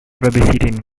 babysitting